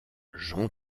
jean